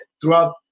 throughout